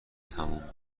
تموم